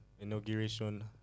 inauguration